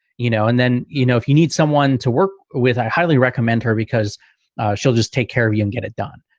you know, and then you know, if you need someone to work with, i highly recommend her because she'll just take care of you and get it done.